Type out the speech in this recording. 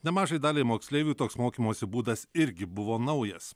nemažai daliai moksleivių toks mokymosi būdas irgi buvo naujas